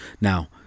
Now